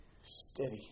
Steady